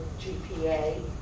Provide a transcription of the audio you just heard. GPA